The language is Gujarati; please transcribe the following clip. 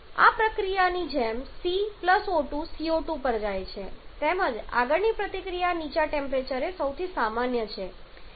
આ પ્રતિક્રિયાની જેમ C O2 CO2 પર જાય છે તેમજ આગળની પ્રતિક્રિયા નીચા ટેમ્પરેચરે સૌથી સામાન્ય છે